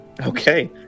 Okay